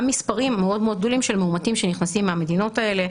מספרים מאוד גדולים של מאומתים שנכנסים מהמדינות האלה.